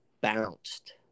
bounced